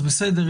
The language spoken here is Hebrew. אז בסדר,